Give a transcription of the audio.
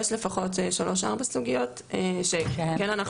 יש לפחות שלוש-ארבע סוגיות שכן אנחנו